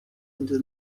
into